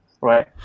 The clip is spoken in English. right